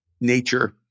nature